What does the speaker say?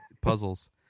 Puzzles